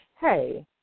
hey